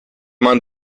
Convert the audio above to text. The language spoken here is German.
man